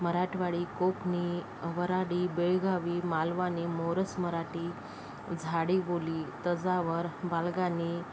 मराठवाडी कोकणी वऱ्हाडी बेळगावी मालवणी मोरस मराठी झाडी बोली तंजावर बालगानी